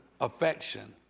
affection